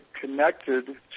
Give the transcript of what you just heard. connected